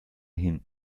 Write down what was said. hin